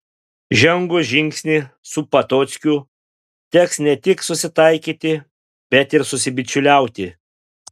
žengus žingsnį su potockiu teks ne tik susitaikyti bet ir susibičiuliauti